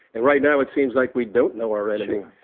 and right now it seems like we don't know our enemy.